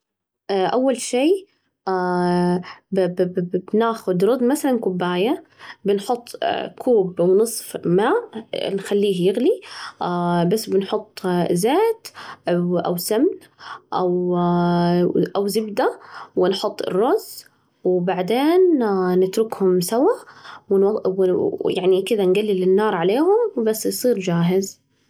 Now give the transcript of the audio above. أول شي، ب ب ب بناخذ أر مثلاً كوباية بنحط كوب ونصف ماء، نخليه يغلي، بس بنحط زيت أو أو سمن أو زبدة، ونحط الرز، وبعدين نتركهم سوا، و ونو ويعني كده نجلل النار عليهم، بس يصير جاهز.